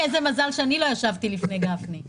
זה לא שפעם בא משרד האוצר